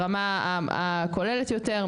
ברמה הכוללת יותר,